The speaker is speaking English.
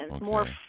More